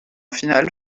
finale